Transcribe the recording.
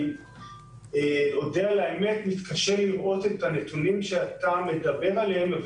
אני מודה על האמת שאני מתקשה לראות את הנתונים שאתה מדבר עליהם.